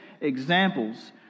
examples